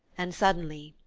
and suddenly,